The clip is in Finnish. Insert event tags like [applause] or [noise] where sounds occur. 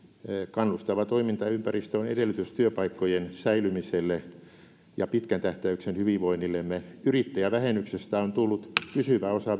kannustava toimintaympäristö on edellytys työpaikkojen säilymiselle ja pitkän tähtäyksen hyvinvoinnillemme yrittäjävähennyksestä on tullut pysyvä osa [unintelligible]